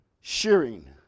shearing